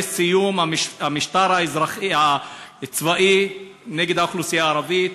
סיום המשטר הצבאי נגד האוכלוסייה הערבית,